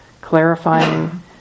clarifying